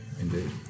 Indeed